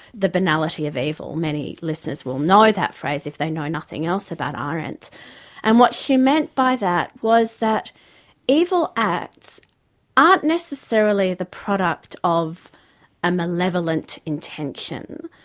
the banality of evil' many listeners will know that phrase, if they know nothing else about arendt and what she meant by that was that evil acts aren't necessarily the product of a malevolent intention,